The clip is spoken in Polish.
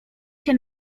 się